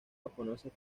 japoneses